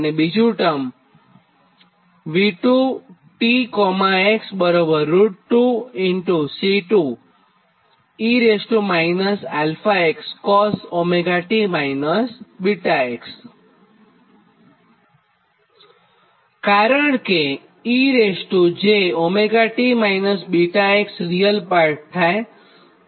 અને બીજું ટર્મ કારણ કે e j𝜔t 𝛽x real part થાય